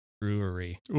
Brewery